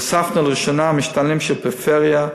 הוספנו לראשונה משתנים של פריפריה,